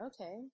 okay